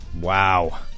Wow